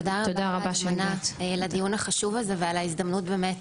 תודה רבה על ההזמנה לדיון החשוב הזה ועל ההזדמנות באמת